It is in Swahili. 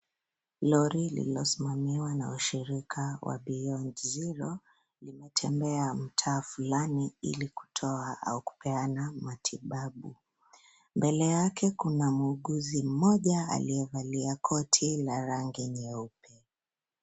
Lori lililosimamiwa na washirika wa Beyond Zero limetembea mtaa fulani ili kutoa au kupeana matibabu. Mbele yake kuna muuguzi mmoja aliyevalia koti la rangi nyeupe.